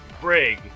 Brig